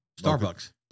Starbucks